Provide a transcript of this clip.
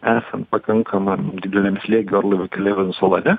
esant pakankamam dideliam slėgiui orlaivių keleivių salone